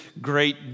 great